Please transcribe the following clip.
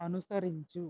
అనుసరించు